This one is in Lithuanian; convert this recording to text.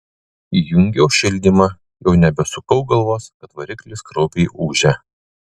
įjungiau šildymą jau nebesukau galvos kad variklis kraupiai ūžia